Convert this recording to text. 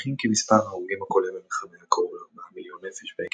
מעריכים כי מספר ההרוגים הכולל במלחמה היה קרוב לארבעה מיליון נפש,